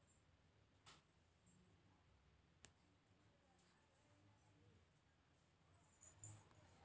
financial analyst ಅಂದ್ರ ಇವ್ರು ರೊಕ್ಕದ್ ಮತ್ತ್ ಆಸ್ತಿ ವ್ಯವಹಾರದ ಬಗ್ಗೆದಾಗ್ ಹೇಳ್ಕೊಡದ್ ಕೆಲ್ಸ್ ಮಾಡ್ತರ್